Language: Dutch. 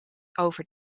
over